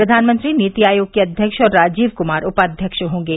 प्रधानमंत्री नीति आयोग के अध्यक्ष और राजीव क्मार उपाध्यक्ष होंगे